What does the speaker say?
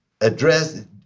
address